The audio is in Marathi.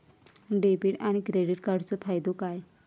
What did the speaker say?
डेबिट आणि क्रेडिट कार्डचो फायदो काय?